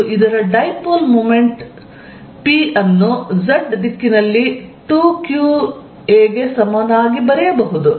ಮತ್ತು ಇದರ dipole moment p ಅನ್ನು z ದಿಕ್ಕಿನಲ್ಲಿ 2qa ಗೆ ಸಮನಾಗಿ ಬರೆಯಬಹುದು